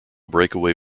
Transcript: breakaway